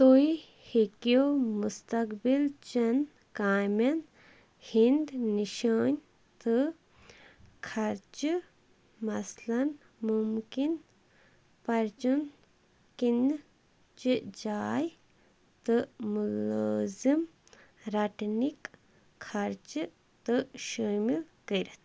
تُہۍ ہیٚکِو مُستَقبِلچَن کامٮ۪ن ہِنٛدۍ نِشٲنۍ تہٕ خرچہِ مثلاً مُمکِن پرچَن کِنہٕ چھِ جاے تہٕ مُلٲزِم رَٹنٕکۍ خرچہِ تہٕ شٲمِل کٔرِتھ